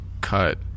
cut